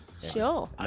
sure